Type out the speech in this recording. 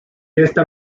esta